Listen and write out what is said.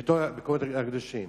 המקומות הקדושים